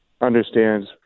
understands